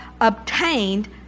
obtained